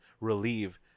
relieve